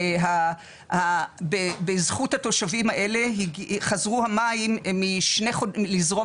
שבזכות התושבים האלה חזרו המים לזרום